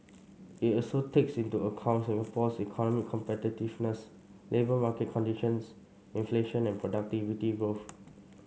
it also takes into account Singapore's economic competitiveness labour market conditions inflation and productivity growth